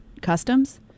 customs